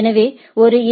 எனவே ஒரு எ